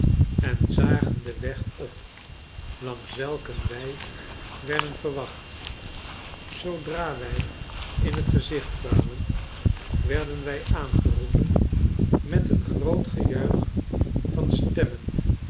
en zagen den weg op langs welken wij werden verwacht zoodra wij in t gezicht kwamen werden wij aangeroepen met een groot gejuich van stemmen